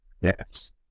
yes